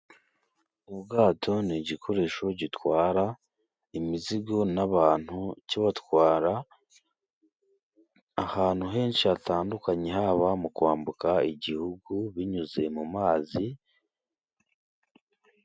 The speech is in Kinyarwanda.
Ubwato ni igikoresho gitwara imizigo n'abantu. Kibatwara ahantu henshi hatandukanye, haba mu kwambuka igihugu binyuze mu mazi.